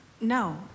No